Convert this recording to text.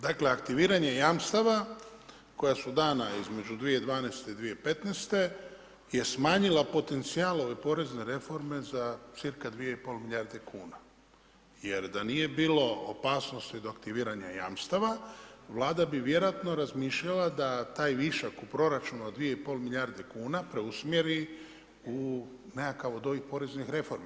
Dakle, aktiviranje jamstava koja su dana između 2012. i 2015. je smanjila potencijal ove porezne reforme za cca 2,5 milijarde kuna jer da nije bilo opasnosti od aktiviranja jamstava, Vlada bi vjerojatno razmišljala da taj višak u proračunu od 2,5 milijarde kuna preusmjeri u nekakav od ovih poreznih reformi.